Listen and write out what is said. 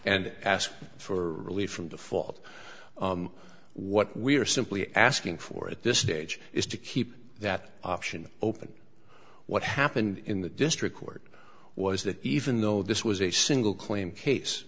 and ask for relief from default what we are simply asking for at this stage is to keep that option open what happened in the district court was that even though this was a single claim case